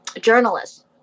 journalists